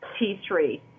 T3